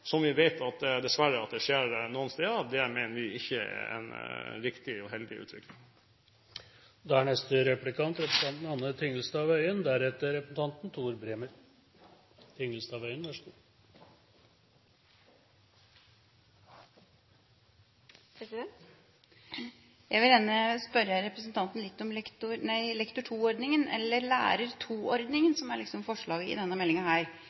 som vi dessverre vet at skjer noen steder, og det mener vi ikke er en riktig og heldig utvikling. Jeg vil gjerne spørre representanten om Lektor 2-ordningen, eller Lærer 2-ordningen, som er et forslag omhandlet i denne